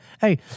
hey